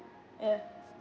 ya